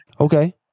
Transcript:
Okay